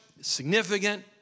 significant